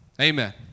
Amen